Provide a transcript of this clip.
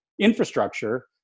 infrastructure